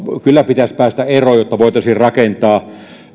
kyllä pitäisi päästä eroon jotta voitaisiin rakentaa